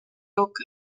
loca